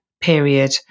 period